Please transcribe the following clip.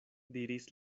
diris